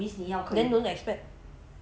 then don't expect